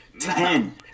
Ten